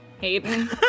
Hayden